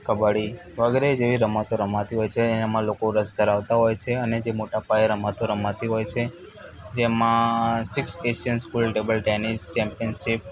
કબડ્ડી વગેરે જેવી રમતો રમાતી હોય છે એમાં લોકો રસ ધરાવતા હોય છે અને જે મોટાં પાયે રમતો રમાતી હોય છે જેમાં સિક્સ પેસિયન્સ ફૂલ ટેબલ ટેનિસ ચેમ્પીયનશીપ